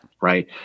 Right